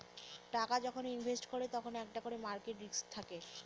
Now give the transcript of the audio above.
টাকা যখন ইনভেস্টমেন্ট করে তখন একটা করে মার্কেট রিস্ক থাকে